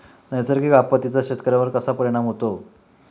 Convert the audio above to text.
नैसर्गिक आपत्तींचा शेतकऱ्यांवर कसा परिणाम होतो?